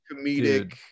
comedic